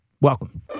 Welcome